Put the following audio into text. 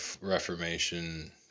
Reformation